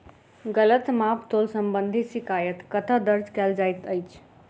गलत माप तोल संबंधी शिकायत कतह दर्ज कैल जाइत अछि?